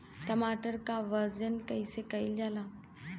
टमाटर क वजन कईसे कईल जाला?